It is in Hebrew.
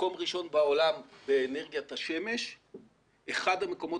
מקום ראשו בעולם באנרגיית השמש אחד המקומות